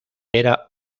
era